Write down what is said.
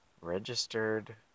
registered